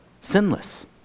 sinless